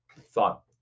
thought